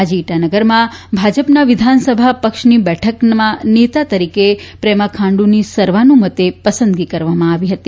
આજે ઇટાનગરમાં ભાજપના વિધાનસભા પક્ષની બેઠકમાં નેતા તરીકે પ્રેમા ખાંડુની સર્વાનુમતે પસંદગી કરવામાં આવી હતી